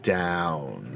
down